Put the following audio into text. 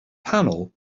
panel